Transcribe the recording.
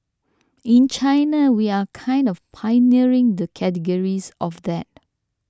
in China we are kind of pioneering the categories of that